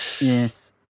Yes